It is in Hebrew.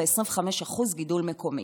ב-25% בגידול מקומי,